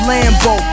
Lambo